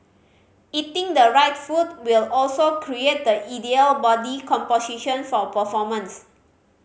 eating the right food will also create the ideal body composition for performance